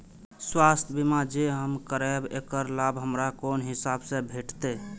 स्वास्थ्य बीमा जे हम करेब ऐकर लाभ हमरा कोन हिसाब से भेटतै?